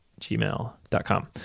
gmail.com